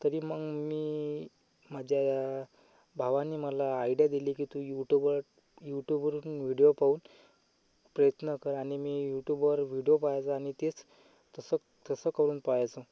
तरी मग मी माझ्या भावांनी मला आयड्या दिली की तू यूटूबवर यूटूबवरून व्हिडिओ पाहून प्रयत्न कर आणि मी यूटूबवर व्हिडिओ पहायचा आणि तेच तसं तसं करून पहायचं